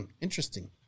interesting